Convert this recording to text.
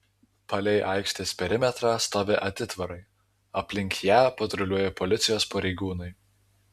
palei aikštės perimetrą stovi atitvarai aplink ją patruliuoja policijos pareigūnai